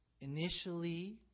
initially